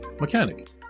mechanic